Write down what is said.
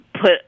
put